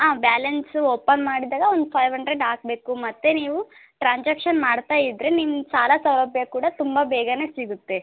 ಹಾಂ balance open ಮಾಡಿದಾಗ ಒಂದು ಫೈವ್ ಹಂಡ್ರೆಡ್ ಹಾಕಬೇಕು ಮತ್ತೆ ನೀವು ಟ್ರಾನ್ಸಾಕ್ಷನ್ ಮಾಡ್ತಾ ಇದ್ದರೆ ನಿಮ್ಗೆ ಸಾಲ ಸೌಲಭ್ಯ ಕೂಡ ತುಂಬ ಬೇಗ ಸಿಗುತ್ತೆ